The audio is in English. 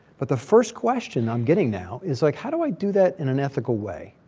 but the first question i'm getting now is like how do i do that in an ethical way?